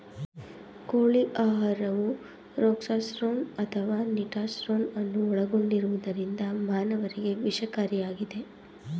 ಕೋಳಿ ಆಹಾರವು ರೊಕ್ಸಾರ್ಸೋನ್ ಅಥವಾ ನಿಟಾರ್ಸೋನ್ ಅನ್ನು ಒಳಗೊಂಡಿರುವುದರಿಂದ ಮಾನವರಿಗೆ ವಿಷಕಾರಿಯಾಗಿದೆ